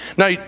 Now